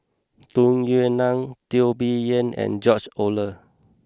Tung Yue Nang Teo Bee Yen and George Oehlers